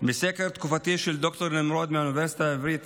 סקר תקופתי של ד"ר נמרוד מהאוניברסיטה העברית,